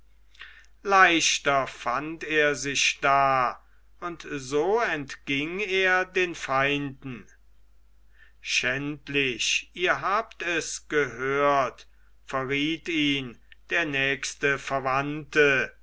leichter fand er sich da und so entging er den feinden schändlich ihr habt es gehört verriet ihn der nächste verwandte